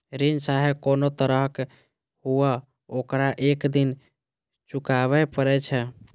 ऋण खाहे कोनो तरहक हुअय, ओकरा एक दिन चुकाबैये पड़ै छै